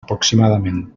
aproximadament